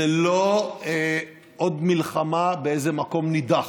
זה לא עוד מלחמה באיזה מקום נידח,